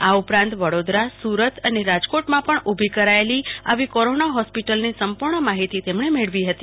આ ઉપરાંત વડીદરા સુરત અને રાજકોટ માં પણ ઉભી કરાયેલી આવી કોરોના હોસ્પીટલની સંપૂર્ણ માહિતી તેમને મેળવી હતી